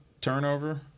turnover